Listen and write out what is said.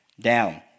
down